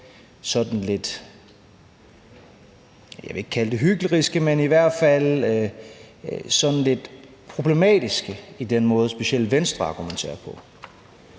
sådan lidt, jeg vil ikke kalde det hykleriske, men i hvert fald sådan lidt problematiske i den måde, specielt Venstre argumenterer på.